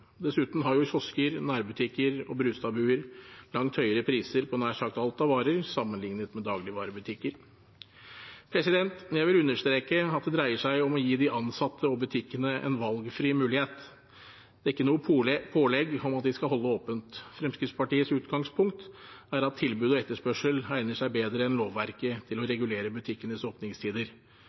Dessuten har jo kiosker, nærbutikker og Brustad-buer langt høyere priser på nær sagt alt av varer, sammenlignet med dagligvarebutikker. Jeg vil understreke at det dreier seg om å gi de ansatte og butikkene en valgmulighet. Det er ikke et pålegg om at de skal holde åpent. Fremskrittspartiets utgangspunkt er at tilbud og etterspørsel egner seg bedre enn lovverket til å regulere butikkenes åpningstider.